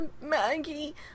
Maggie